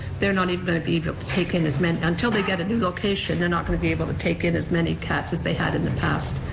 they're not even going to be able to take in as many, until they get a new location, they're not going to be able to take in as many cats as they had in the past.